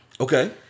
Okay